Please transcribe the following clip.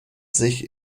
sich